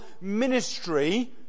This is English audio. ministry